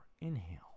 Inhale